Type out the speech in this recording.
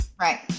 Right